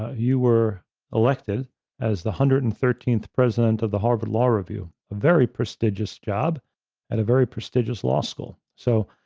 you were elected as the one hundred and thirteenth, president of the harvard law review, a very prestigious job at a very prestigious law school. so,